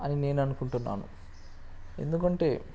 అని నేను అనుకుంటున్నాను ఎందుకంటే